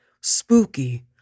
spooky